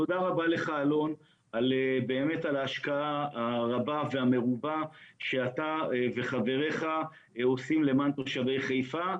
תודה רבה לך על ההשקעה הרבה והמרובה שאתה וחבריך עושים למען תושבי חיפה.